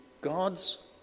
God's